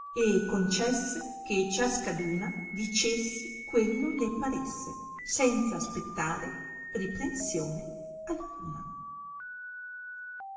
e concesse che ciascaduna dicesse quello le paresse senza aspettare riprensione alcuna